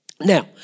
Now